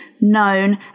known